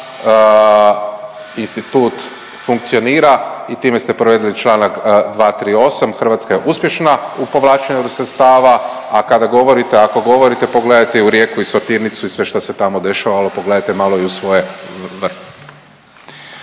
institut funkcionira i time ste povrijedili članak 238. Hrvatska je uspješna u povlačenju sredstava, a kada govorite, ako govorite pogledajte i u Rijeku i sortirnicu i sve šta se tamo dešavalo. Pogledajte malo i u svoj